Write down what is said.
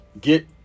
get